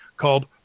called